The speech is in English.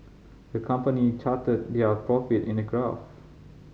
the company charted their profit in a graph